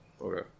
Okay